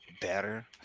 better